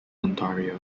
ontario